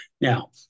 Now